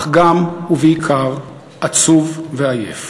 אך גם, ובעיקר, עצוב ועייף.